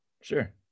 Sure